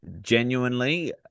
genuinely